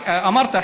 אמרת,